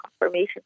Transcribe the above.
confirmation